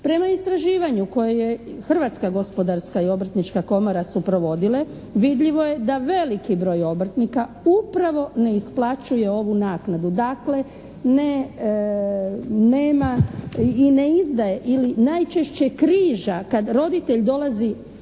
Prema istraživanju koje je Hrvatska gospodarska i Obrtnička komora su provodile vidljivo je da veliki broj obrtnika upravo ne isplaćuje ovu naknadu. Dakle ne, nema i ne izdaje ili najčešće križa kad roditelj dolazi